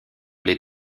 les